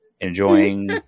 Enjoying